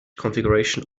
configuration